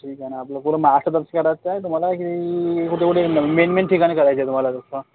ठीक आहे ना आपलं पूर्ण महाराष्ट्रचाच करायचं आहे तुम्हाला की कुठे कुठे मेन मेन ठिकाणी करायचं आहे तुम्हाला कसं